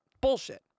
Bullshit